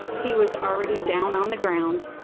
he was already down on the ground.